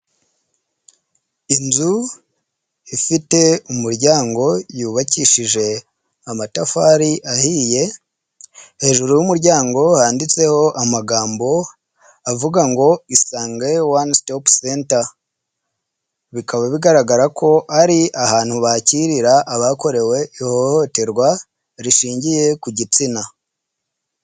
Inzu ifite umuryango yubakishije amatafari ahiye, hejuru y'umuryango handitseho amagambo avuga ngo ''isange one stop center'', bikaba bigaragara ko ari ahantu bakirira abakorewe ihohoterwa rishingiye ku gitsina.